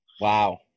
Wow